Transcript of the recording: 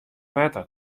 wetter